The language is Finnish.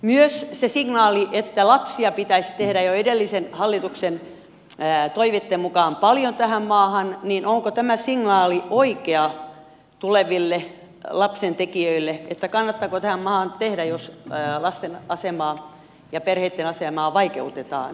onko se signaali että lapsia pitäisi tehdä jo edellisen hallituksen toiveitten mukaan paljon tähän maahan oikea tuleville lapsentekijöille kannattaako tähän maahan tehdä jos lasten asemaa ja perheitten asemaa vaikeutetaan